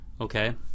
Okay